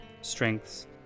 strengths